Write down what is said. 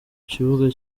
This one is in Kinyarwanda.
kibuga